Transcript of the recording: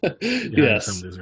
Yes